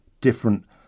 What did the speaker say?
different